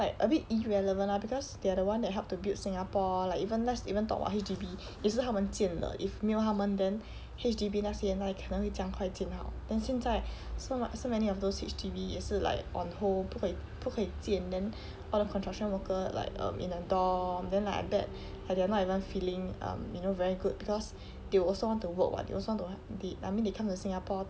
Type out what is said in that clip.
like a bit irrelevant ah because they are the one that helped to build singapore like even let's even talk about H_D_B 也是他们建的 like if 没有他们 then H_D_B 那些那里可能那么快建好 then 现在 so muc~ so many of those H_D_B 也是 like on hold 不可不可以建 then all the construction worker like um in a dorm then like I bet like they are not even feeling um you know very good because they will also want to work [what] they also want to have in~ I mean they come to singapore